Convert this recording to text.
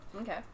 Okay